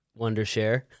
Wondershare